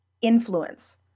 influence